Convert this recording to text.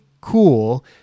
cool